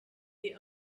the